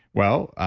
well,